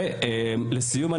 לסיום,